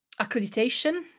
accreditation